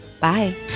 Bye